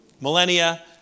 millennia